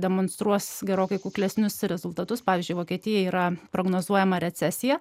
demonstruos gerokai kuklesnius rezultatus pavyzdžiui vokietija yra prognozuojama recesija